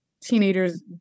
teenagers